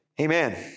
Amen